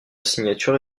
signature